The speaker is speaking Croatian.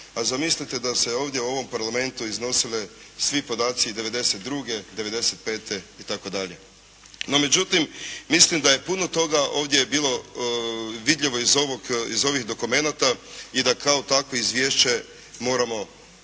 zamislite da se ovdje u ovom Parlamentu iznosili svi podaci iz '92., '95. itd. No međutim, mislim da je puno toga ovdje bilo vidljivo iz ovih dokumenata i da kao takvo izvješće moramo i trebamo